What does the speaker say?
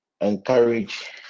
encourage